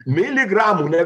miligramų ne